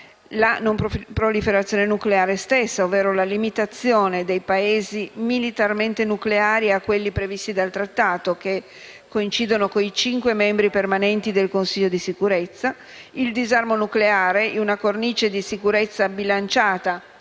la non proliferazione nucleare, ovvero la limitazione dei Paesi militarmente nucleari a quelli previsti dal Trattato, che coincidono con i cinque membri permanenti del Consiglio di sicurezza; il disarmo nucleare, in una cornice di sicurezza bilanciata